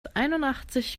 einundachtzig